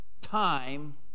time